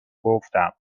گفتم